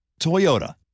Toyota